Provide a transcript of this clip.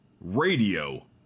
radio